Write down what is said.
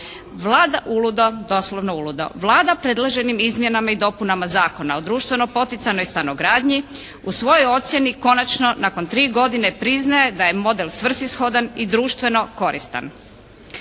Vlada uludo, doslovno uludo. Vlada predlaže ovim izmjenama i dopunama Zakona o društveno poticanoj stanogradnji, u svojoj ocjeni konačno nakon tri godine priznaje da je model svrsishodan i društveno koristan.